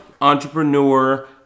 entrepreneur